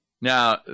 Now